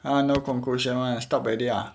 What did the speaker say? ah no conclusion [one] stop already ah